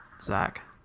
Zach